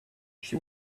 she